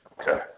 Okay